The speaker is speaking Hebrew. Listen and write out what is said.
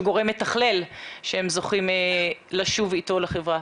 גורם מתכלל שהם זוכים לשוב איתו לחברה.